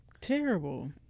terrible